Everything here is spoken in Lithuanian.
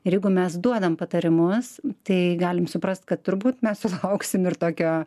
ir jeigu mes duodam patarimus tai galim suprast kad turbūt mes sulauksim ir tokio